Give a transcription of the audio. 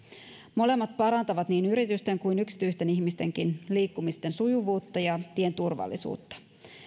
molemmat parantavat niin yritysten kuin yksityisten ihmistenkin liikkumisen sujuvuutta ja tien turvallisuutta